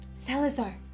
Salazar